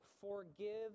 forgive